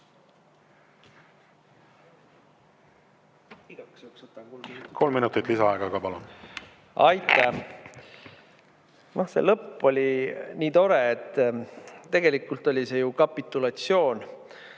Kolm minutit lisaaega ka, palun! Aitäh! Lõpp oli nii tore, et tegelikult oli see ju kapitulatsioon.